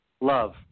Love